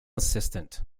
assistant